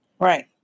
Right